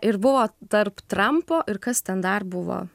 ir buvo tarp trampo ir kas ten dar buvo